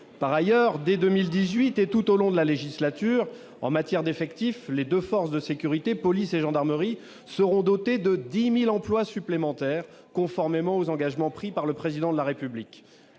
par ailleurs dès 2018 et tout au long de la législature en matière d'effectifs, les 2 forces de sécurité, police et gendarmerie seront dotés de 10000 emplois supplémentaires, conformément aux engagements pris par le président de la République,